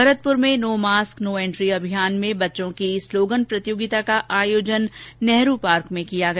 भरतपुर में no mask no entry अभियान के तहत बच्चों की स्लोगन प्रतियोगिता का आयोजन नेहरू पार्क में किया गया